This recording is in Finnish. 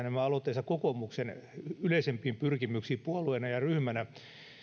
nämä aloitteensa kokoomuksen yleisempiin pyrkimyksiin puolueena ja ryhmänä